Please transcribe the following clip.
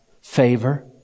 favor